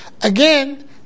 again